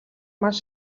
мал